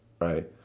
right